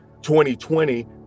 2020